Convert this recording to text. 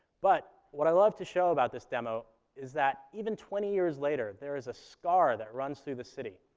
but what i love to show about this demo is that, even twenty years later, there is a scar that runs through the city.